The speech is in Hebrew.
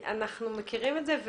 אנחנו מכירים את זה.